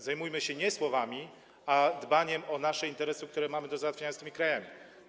Zajmujmy się nie słowami, a dbaniem o nasze interesy, które mamy do załatwienia z tymi krajami.